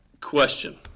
Question